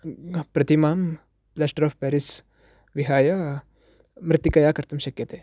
प्रतिमां plaster of Paris विहाय मृत्तिकया कर्तुं शक्यते